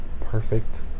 perfect